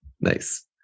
nice